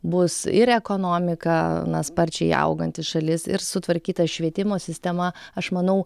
bus ir ekonomika na sparčiai auganti šalis ir sutvarkyta švietimo sistema aš manau